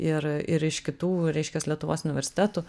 ir ir iš kitų reiškias lietuvos universitetų